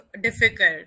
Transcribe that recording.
difficult